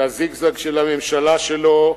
שהזיגזג של הממשלה שלו,